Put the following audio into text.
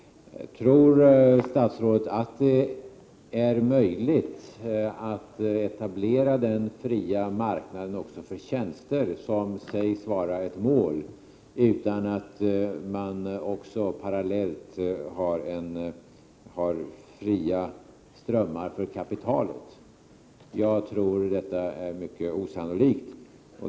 Tror statsrådet att det är möjligt att etablera den fria marknaden också för tjänster, som sägs vara ett mål, utan att man också parallellt har fria strömmar för kapitalet? Jag tror att detta är mycket osannolikt.